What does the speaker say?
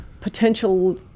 potential